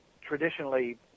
traditionally